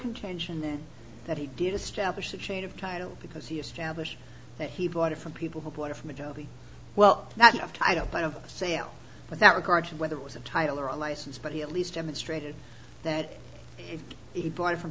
contention that he did establish the chain of title because he established that he bought it from people who bought it from a job well i don't buy a sale without regard to whether it was a title or a license but he at least demonstrated that he bought it from